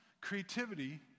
creativity